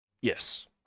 Yes